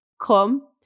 come